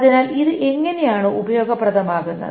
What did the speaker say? അതിനാൽ ഇത് എങ്ങനെയാണ് ഉപയോഗപ്രദമാകുന്നത്